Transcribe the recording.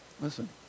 Listen